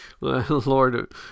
Lord